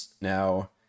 now